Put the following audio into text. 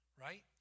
right